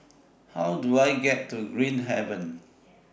How Do I get to Green Haven